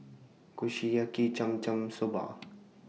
Kushiyaki Cham Cham Soba